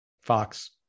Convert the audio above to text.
Fox